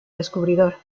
descubridor